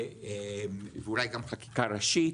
ואולי גם חקיקה ראשית,